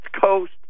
Coast